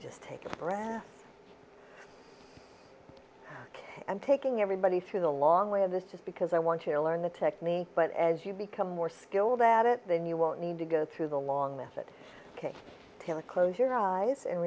just take a breath and taking everybody through the long way of this just because i want to learn the technique but as you become more skilled at it then you won't need to go through the long that it came to a close your eyes and